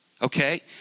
Okay